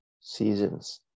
seasons